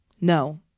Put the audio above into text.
No